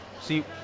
See